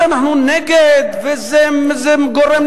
אנחנו עוד מעט נראה,